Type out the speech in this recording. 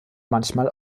manchmal